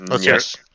yes